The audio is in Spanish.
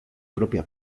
propia